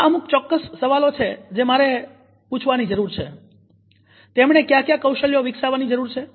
આ અમુક ચોક્કસ સવાલો છે જે મારે પૂછવાની જરૂર છે - તેમણે કયા કયા કૌશલ્યો વિકસાવવાની જરૂર છે